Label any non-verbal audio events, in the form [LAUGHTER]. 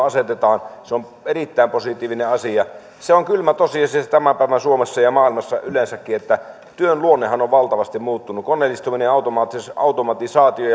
[UNINTELLIGIBLE] asetetaan se on erittäin positiivinen asia sehän on kylmä tosiasia tämän päivän suomessa ja maailmassa yleensäkin että työn luonne on on valtavasti muuttunut koneellistuminen ja automatisaatio [UNINTELLIGIBLE]